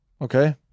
okay